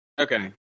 Okay